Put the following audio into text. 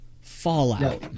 Fallout